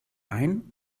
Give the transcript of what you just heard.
ein